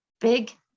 big